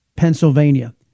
Pennsylvania